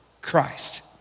Christ